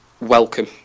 welcome